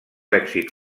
èxit